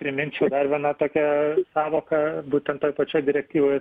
primint čia dar viena tokia sąvoka būtent toj pačioj direktyvoj